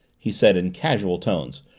he said in casual tones,